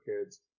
kids